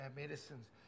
medicines